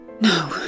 No